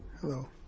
Hello